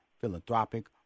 philanthropic